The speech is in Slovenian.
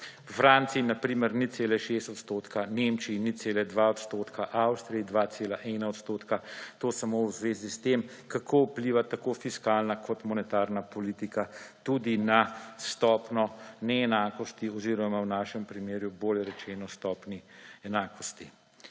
V Franciji na primer 0,6 odstotka, v Nemčiji 0,2 odstotka, Avstriji 2,1 odstotka. To samo v zvezi s tem, kako vplivata tako fiskalna kot monetarna politika tudi na stopnjo neenakosti oziroma v našem primeru, bolje rečeno, stopnjo enakosti.